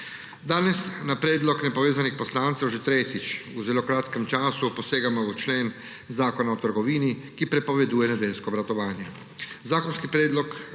Danes na predlog nepovezanih poslancev že tretjič v zelo kratkem času posegamo v člen Zakona v trgovini, ki prepoveduje nedeljsko obratovanje. Zakonski predlog